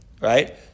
right